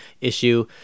issue